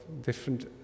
different